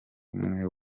umwe